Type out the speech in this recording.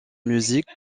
musique